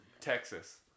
Texas